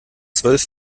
zwölf